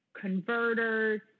converters